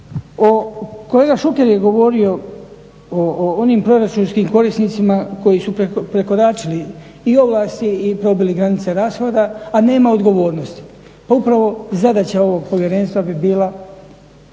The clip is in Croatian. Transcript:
Kolega Šuker je govorio o onim proračunskim korisnicima koji su prekoračili i ovlasti i probili granice rashoda, a nema odgovornosti. Pa upravo zadaća ovog povjerenstva bi bila